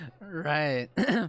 Right